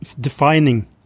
defining